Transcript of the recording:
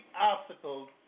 obstacles